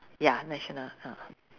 ya national ah